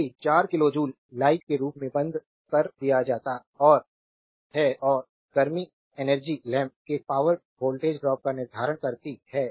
यदि 4 kilojoule light के रूप में बंद कर दिया जाता है और गर्मी एनर्जी लैंप के पार वोल्टेज ड्रॉप का निर्धारण करती है